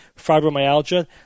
fibromyalgia